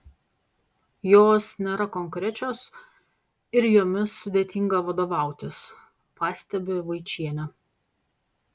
jos nėra konkrečios ir jomis sudėtinga vadovautis pastebi vaičienė